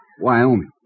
Wyoming